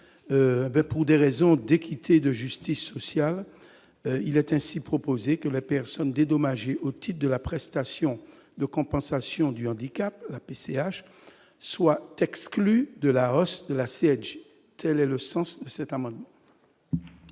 pour des raisons d'équité, de justice sociale, il est ainsi proposé que la personne dédommager au type de la prestation de compensation du handicap la PCH soit exclus de la hausse de la CMU, quel est le sens cet amendement.